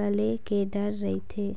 गले के डर रहिथे